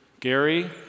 Gary